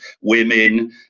women